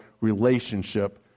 relationship